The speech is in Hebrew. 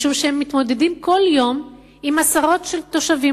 משום שהם מתמודדים כל יום עם עשרות תושבים,